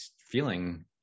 feeling